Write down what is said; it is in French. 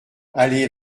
allée